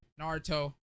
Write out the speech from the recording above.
Naruto